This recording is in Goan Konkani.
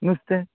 नुस्तें